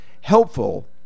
helpful